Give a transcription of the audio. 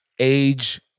age